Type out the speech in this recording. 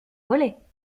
volets